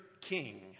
king